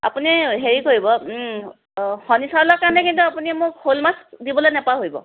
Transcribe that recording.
আপুনি হেৰি কৰিব শনি চাউলৰ কাৰণে আপুনি কিন্তু শ'ল মাছ দিবলৈ নাপাহৰিব